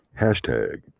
Hashtag